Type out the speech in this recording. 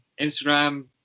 Instagram